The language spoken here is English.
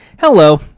Hello